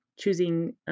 choosing